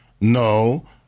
No